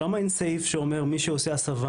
למה אין סעיף שמדבר על מי שעושה הסבה?